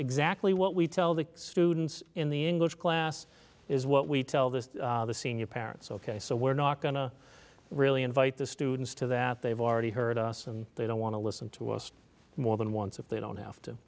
exactly what we tell the students in the english class is what we tell the senior parents ok so we're not going to really invite the students to that they've already heard us and they don't want to listen to us more than once if they don't have to